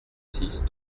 six